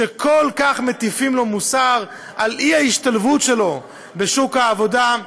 שכל כך מטיפים לו מוסר על אי-השתלבות בשוק העבודה,